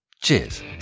Cheers